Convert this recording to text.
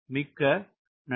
மிக்க நன்றி